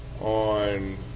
on